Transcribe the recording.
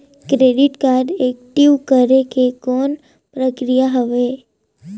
Credit card active करे के कौन प्रक्रिया हवे?